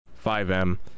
5m